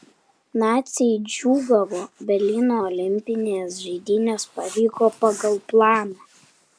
naciai džiūgavo berlyno olimpinės žaidynės pavyko pagal planą